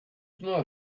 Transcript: not